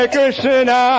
Krishna